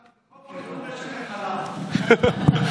חבר הכנסת רוטמן,